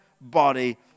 body